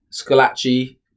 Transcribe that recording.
Scalacci